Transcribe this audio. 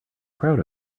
proud